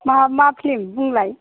मा मा फ्लिम बुंलाय